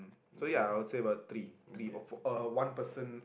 so ya I would say about three three or four uh one person